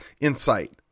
insight